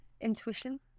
intuition